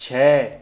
छः